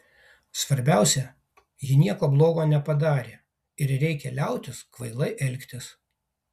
svarbiausia ji nieko blogo nepadarė ir reikia liautis kvailai elgtis